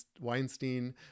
Weinstein